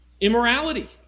Immorality